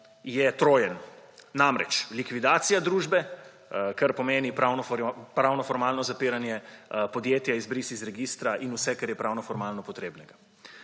je trojen. Likvidacija družbe, kar pomeni formalnopravno zapiranje podjetja, izbris iz registra in vse, kar je formalnopravno potrebnega.